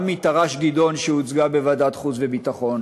גם מתר"ש "גדעון" שהוצגה בוועדת חוץ וביטחון,